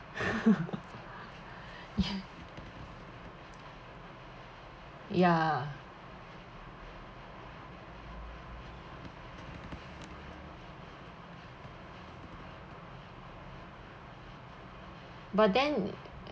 ya ya but then